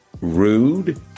rude